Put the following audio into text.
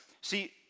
See